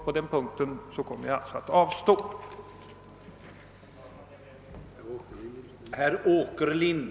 På den punkten kommer jag därför att avstå från att rösta.